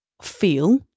feel